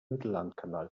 mittellandkanal